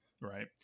right